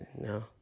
no